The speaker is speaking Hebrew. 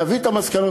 להביא את המסקנות,